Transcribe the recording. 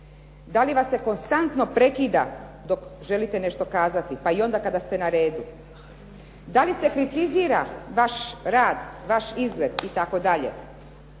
Da li vas se konstantno prekida dok želite nešto kazati, pa i onda kada ste na redu. Da li se kritizira vaš rad, vaš izgled itd.